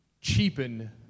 cheapen